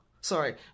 Sorry